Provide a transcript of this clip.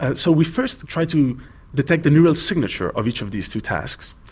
and so we first tried to detect the neural signature of each of these two tasks.